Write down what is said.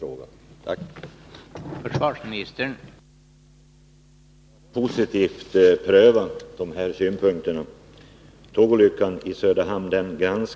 förhållandena i Vietnam och Laos